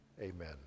Amen